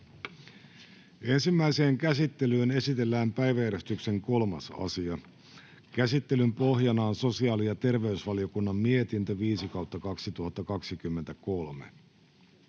Ensimmäiseen käsittelyyn esitellään päiväjärjestyksen 3. asia. Käsittelyn pohjana on sosiaali- ja terveysvaliokunnan mietintö StVM